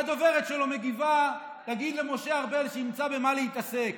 והדוברת שלו מגיבה: תגיד למשה ארבל שימצא במה להתעסק.